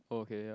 okay ya